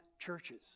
churches